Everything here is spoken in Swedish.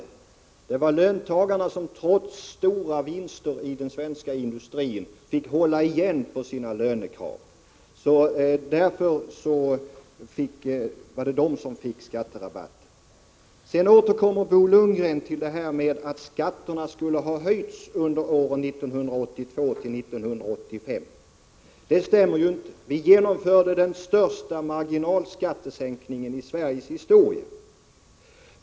Det var löntagarna som trots stora vinster i den svenska industrin fick hålla igen på lönekraven. Därför fick de skatterabatten. Sedan återkommer Bo Lundgren med påståendet att skatterna skulle ha höjts åren 1982-1985. Det stämmer inte. Vi genomförde då den största marginalskattesänkningen i Sveriges historia.